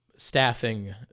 staffing